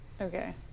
Okay